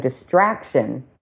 distraction